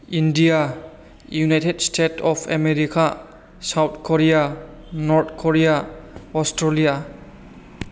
India united state of America South Korea North Korea Australia